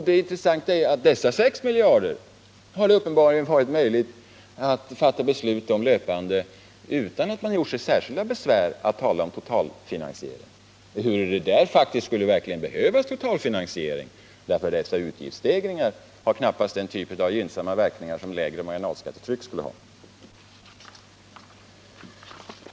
Det intressanta är att dessa 6 miljarder har det uppenbarligen varit möjligt att fatta beslut om löpande utan att man gjort sig särskilda besvär att tala om totalfinansiering, ehuru det där faktiskt verkligen skulle behövas totalfinansiering, därför att dessa utgiftsstegringar knappast har den gynnsamma verkan som lägre marginalskattetryck skulle ha.